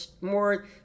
more